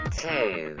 two